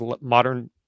modern